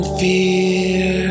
fear